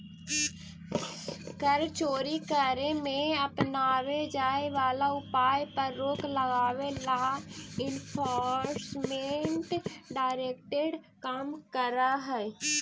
कर चोरी करे में अपनावे जाए वाला उपाय पर रोक लगावे ला एनफोर्समेंट डायरेक्टरेट काम करऽ हई